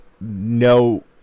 no